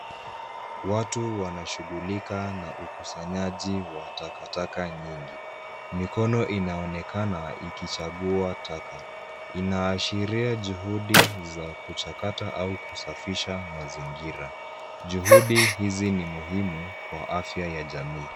Watu wanashughulika na ukusanyaji wa takataka nyingi. Mikono inaonekana ikichagua taka inaashiria juhudi za kuchakata au kusafisha mazingira. Juhudi hizi ni muhimu kwa afya ya jamii.